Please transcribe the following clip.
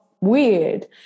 weird